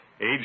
age